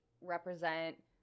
represent